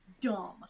dumb